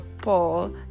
Paul